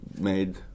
made